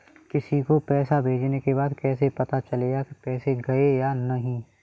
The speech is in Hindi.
किसी को पैसे भेजने के बाद कैसे पता चलेगा कि पैसे गए या नहीं?